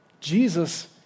Jesus